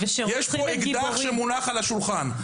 יש פה אקדח שמונח על השולחן,